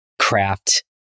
craft